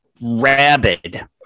rabid